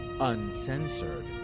uncensored